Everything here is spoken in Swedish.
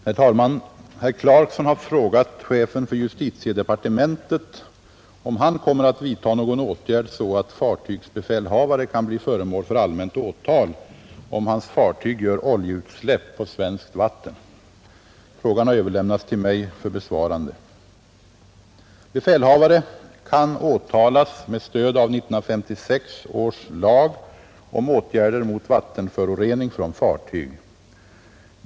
Herr talman! Herr Clarkson har frågat chefen för justitiedepartementet om han kommer att vidta någon åtgärd, så att fartygsbefälhavare kan bli föremål för allmänt åtal om hans fartyg gör oljeutsläpp på svenskt vatten. Frågan har överlämnats till mig för besvarande. Befälhavare kan åtalas med stöd av 1956 års lag om åtgärder mot vattenförorening från fartyg.